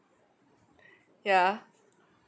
ya